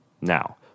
Now